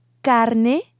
carne